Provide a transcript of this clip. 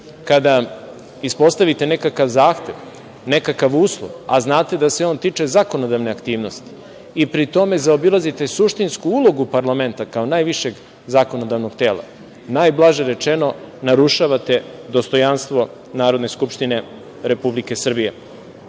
kada ispostavite nekakav zahtev, nekakav uslov, a znate da se on tiče zakonodavne aktivnosti i pri tome zaobilazite suštinsku ulogu Parlamenta, kao najvišeg zakonodavnog tela, najblaže rečeno, narušavate dostojanstvo Narodne Skupštine RS.Današnja